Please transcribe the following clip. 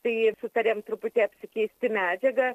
tai sutarėm truputį apsikeisti medžiaga